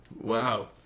Wow